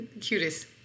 Cutest